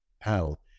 hell